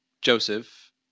Joseph